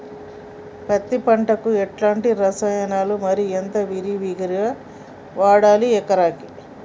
పత్తి పంటకు ఎలాంటి రసాయనాలు మరి ఎంత విరివిగా వాడాలి ఎకరాకి?